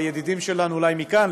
אולי מכאן,